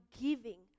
giving